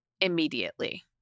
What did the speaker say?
immediately